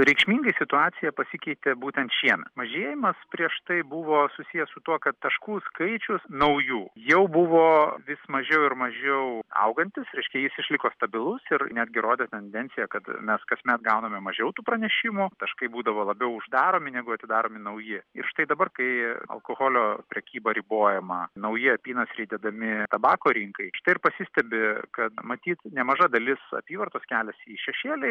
reikšmingai situacija pasikeitė būtent šiemet mažėjimas prieš tai buvo susiję su tuo kad taškų skaičius naujų jau buvo vis mažiau ir mažiau augantis reiškia jis išliko stabilus ir netgi rodė tendenciją kad mes kasmet gauname mažiau tų pranešimų taškai būdavo labiau uždaromi negu atidaromi nauji ir štai dabar kai alkoholio prekyba ribojama nauji apynasriai dedami tabako rinkai štai ir pasistebi kad matyt nemaža dalis apyvartos kelias į šešėlį